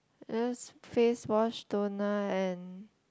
I just face wash toner and